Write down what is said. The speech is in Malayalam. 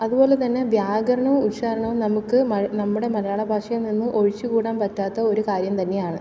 അതുപോലെതന്നെ വ്യാകരണവും ഉച്ചാരണവും നമുക്ക് നമ്മുടെ മലയാള ഭാഷയിൽ നിന്ന് ഒഴിച്ചുകൂടാൻ പറ്റാത്ത ഒരു കാര്യം തന്നെയാണ്